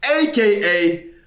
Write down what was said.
AKA